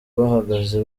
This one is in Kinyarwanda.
bahagaze